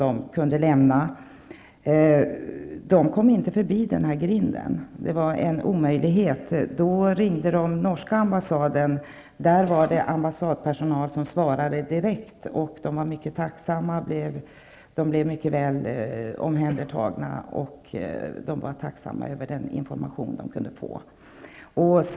Svensken och norrmannen kunde inte komma förbi denna ''grind''. Det var en omöjlighet. Då ringde de den norska ambassaden. Där svarade ambassadpersonalen direkt. Personalen var tacksamma för informationen, och svensken och norrmannen blev väl omhändertagna.